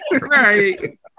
right